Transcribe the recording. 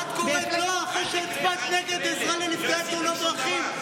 את קוראת לו אחרי שהצבעת נגד עזרה לנפגעי תאונות דרכים,